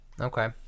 Okay